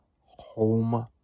home